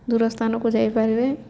ଦୂର ସ୍ଥାନକୁ ଯାଇପାରିବେ